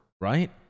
right